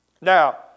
Now